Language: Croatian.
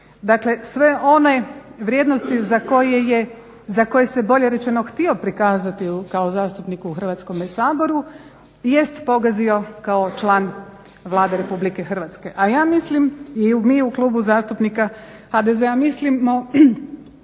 Dakle sve one vrijednosti za koje se bolje rečeno htio prikazati kao zastupnik u Hrvatskom saboru jest pogazio kao član Vlada Republike Hrvatske. A ja mislim i mi u Klubu zastupnika HDZ-a mislimo